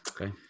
okay